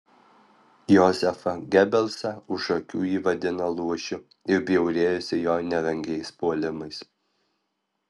jozefą gebelsą už akių ji vadino luošiu ir bjaurėjosi jo nerangiais puolimais